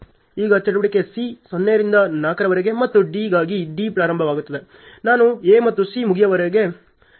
ಈಗ ಚಟುವಟಿಕೆ C 0 ರಿಂದ 4 ರವರೆಗೆ ಮತ್ತು Dಗಾಗಿ D ಪ್ರಾರಂಭವಾಗುತ್ತಿದೆ ನಾನು A ಮತ್ತು C ಮುಗಿಯುವವರೆಗೆ ಕಾಯಬೇಕಾಗಿದೆ